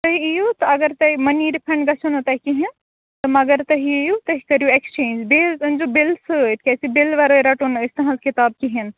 تُہۍ یِیوتہٕ اگرتۄہہِ مٔنی رِفَنٛڈ گَژھِیٚو نہٕ تۄہہِ کہینۍ تہٕ مگر تُہۍ اِیو تُہۍ کٔرو اِیٚکٕسچینٛج بیٚیہِ حظ أنزِیٚو بِل سۭتۍ کیازِکہِ بِل وَراے رَٹونہٕ أسۍ تُہنٛزکِتابہٕ کہینۍ